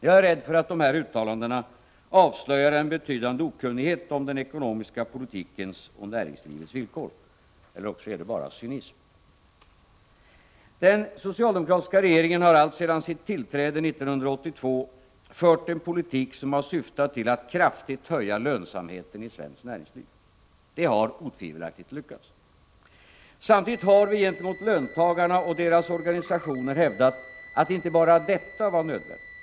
Jag är rädd för att dessa uttalanden avslöjar en betydande okunnighet om den ekonomiska politikens och näringslivets villkor, eller också är det bara cynism. Den socialdemokratiska regeringen har alltsedan sitt tillträde 1982 fört en politik som syftat till att kraftigt höja lönsamheten i svenskt näringsliv. Det har otvivelaktigt lyckats. Samtidigt har vi gentemot löntagarna och deras organisationer hävdat att inte bara detta var nödvändigt.